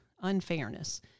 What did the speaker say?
unfairness